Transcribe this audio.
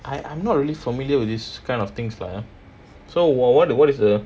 i~ I'm not really familiar with these kind of things lah so wha~ wha~ what is the